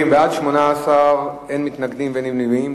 בעד, 18, אין מתנגדים ואין נמנעים.